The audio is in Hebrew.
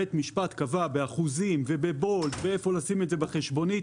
בית המשפט קבע באחוזים וב"בולד" איפה לשים את זה בחשבונית,